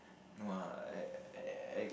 no lah I I